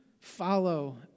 follow